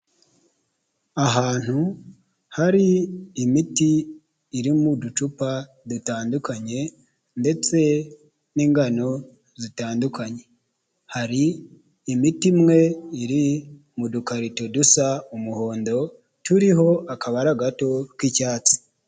Ahantu hari imiti iri mu ducupa dutandukanye ndetse n'ingano zitandukanye hari imiti imwe iri mu dukarito dusa umuhondo turiho akabara gato k'icyatsi.